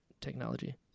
technology